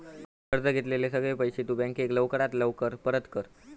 कर्ज घेतलेले सगळे पैशे तु बँकेक लवकरात लवकर परत कर